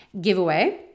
giveaway